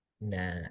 Nah